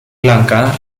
lanka